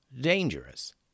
dangerous